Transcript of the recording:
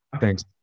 Thanks